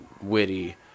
witty